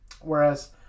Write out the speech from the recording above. Whereas